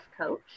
coach